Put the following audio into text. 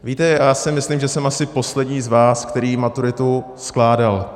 Víte, já si myslím, že jsem asi poslední z vás, který maturitu skládal.